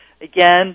again